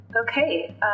Okay